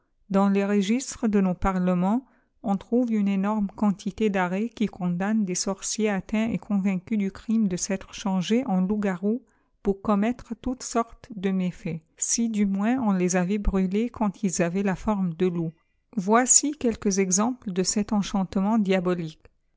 dans les registres de nos parlements on trouve une énorme quantité d'arrêts qui condamnent des sorciers atteints et convaincus du crime de s'être cii anges en loups-garous p hir commettre toutes sortes de méfaits si du moips on les avait brûlés quand ils avaient la forme de loup voici quelques exemples de cet enchantement diabolique